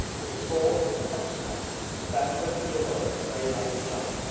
was a tall handsome lad about twenty years old and very like his mother.